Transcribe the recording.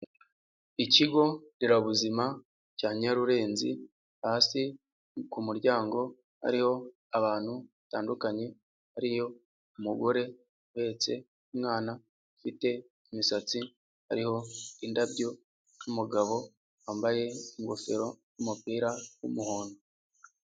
Ikigonderabuzima cya Nyarurenzi, hasi ku muryango hariho abantu batandukanye, hariyo umugore uheretse umwana ufite imisatsi, hariho indabyo n'umugabo wambaye ingofero n'umupira w'umuhondo.